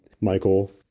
Michael